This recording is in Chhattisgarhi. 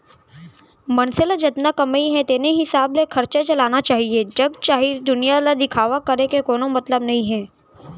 मनसे ल जतना कमई हे तेने हिसाब ले खरचा चलाना चाहीए जग जाहिर दुनिया ल दिखावा करे के कोनो मतलब नइ हे